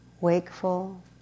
wakeful